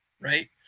right